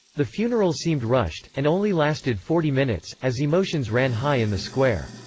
the funeral seemed rushed, and only lasted forty minutes, as emotions ran high in the square.